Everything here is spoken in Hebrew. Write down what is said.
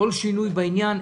וכל שינוי בעניין,